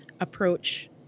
approach